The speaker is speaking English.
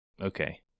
Okay